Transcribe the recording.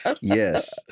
yes